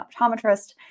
optometrist